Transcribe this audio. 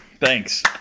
thanks